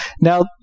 Now